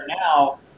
now